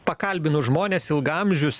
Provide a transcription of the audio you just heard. pakalbinu žmones ilgaamžius